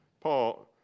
Paul